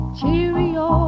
cheerio